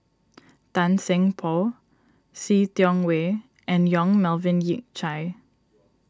Tan Seng Poh See Tiong Wah and Yong Melvin Yik Chye